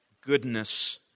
goodness